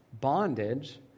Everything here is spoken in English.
bondage